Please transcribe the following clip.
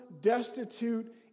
destitute